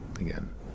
Again